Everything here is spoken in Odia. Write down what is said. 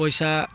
ପଇସା